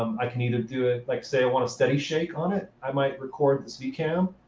um i can either do it like say i want steady shake on it, i might record this vcam,